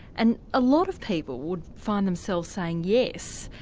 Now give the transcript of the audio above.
and a lot of people would find themselves saying yes,